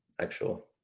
actual